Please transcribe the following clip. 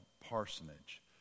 parsonage